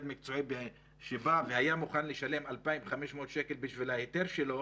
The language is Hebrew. מקצועי שבא והיה מוכן לשלם 2,500 בשביל ההיתר שלו,